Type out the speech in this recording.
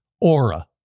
Aura